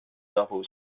novels